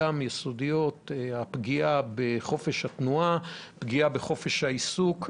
כמו הפגיעה בחופש התנועה והפגיעה בחופש העיסוק,